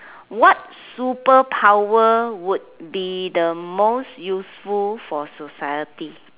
what superpower would be the most useful for society